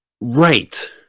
Right